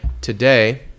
today